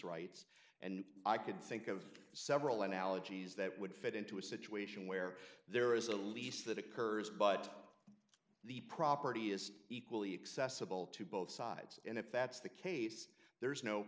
rights and i could think of several analogies that would fit into a situation where there is a lease that occurs but the property is equally accessible to both sides and if that's the case there's no